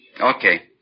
Okay